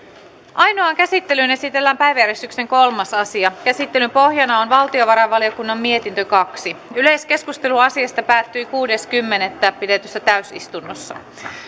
ainoaan käsittelyyn esitellään päiväjärjestyksen kolmas asia käsittelyn pohjana on valtiovarainvaliokunnan mietintö kaksi yleiskeskustelu asiasta päättyi kuudes kymmenettä kaksituhattaviisitoista pidetyssä täysistunnossa